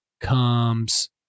comes